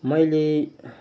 मैले